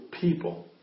people